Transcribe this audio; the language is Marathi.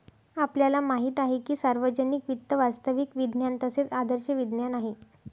आपल्याला माहित आहे की सार्वजनिक वित्त वास्तविक विज्ञान तसेच आदर्श विज्ञान आहे